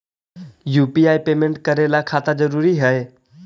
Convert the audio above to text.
UPI payment करे ला खाता जरूरी है?